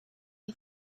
you